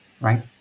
right